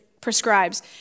prescribes